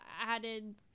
added